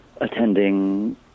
attending